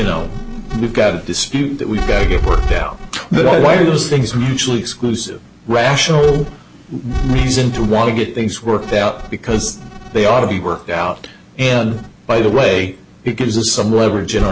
know we've got a dispute that we've got to get work down the way those things mutually exclusive rational reason to want to get things worked out because they ought to be worked out by the way it gives us some leverage in our